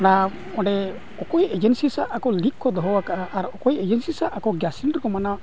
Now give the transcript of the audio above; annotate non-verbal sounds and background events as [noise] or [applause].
ᱚᱱᱟ ᱚᱸᱰᱮ ᱚᱠᱚᱭ ᱮᱡᱮᱱᱥᱤ ᱥᱟᱣ ᱟᱠᱚ ᱞᱤᱝᱠ ᱠᱚ ᱫᱚᱦᱚ ᱟᱠᱟᱜᱼᱟ ᱟᱨ ᱚᱠᱚᱭ ᱮᱡᱮᱱᱥᱤ ᱥᱟᱣ ᱟᱠᱚ [unintelligible] ᱢᱟᱱᱟᱣ